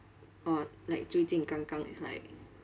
or like 最近刚刚 is like